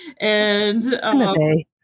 And-